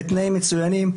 בתנאים מצוינים,